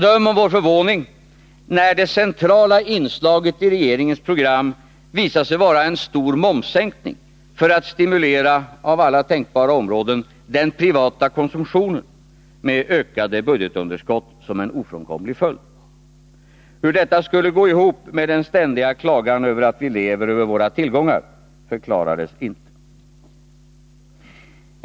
Döm om vår förvåning när det centrala inslaget i regeringens program visade sig vara en stor momssänkning för att stimulera av alla tänkbara områden den privata konsumtionen, med ökade budgetunderskott som en ofrånkomlig följd. Hur detta skulle gå ihop med den ständiga klagan att vi lever över våra tillgångar förklarades inte.